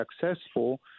successful